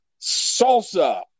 Salsa